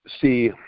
see